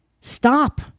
Stop